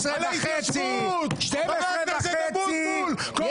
------ קבורת חמור --------- יש